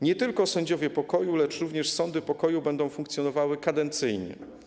Nie tylko sędziowie pokoju, lecz również sądy pokoju będą funkcjonowały kadencyjnie.